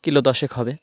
kilo দশেক হবে